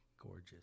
Gorgeous